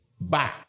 bye